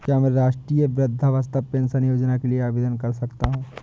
क्या मैं राष्ट्रीय वृद्धावस्था पेंशन योजना के लिए आवेदन कर सकता हूँ?